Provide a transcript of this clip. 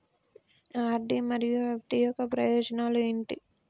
RD మరియు FD యొక్క ప్రయోజనాలు ఏంటి?